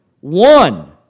One